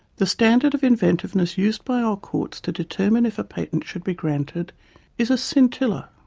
the standard of inventiveness used by our courts to determine if a patent should be granted is a scintilla.